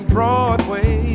Broadway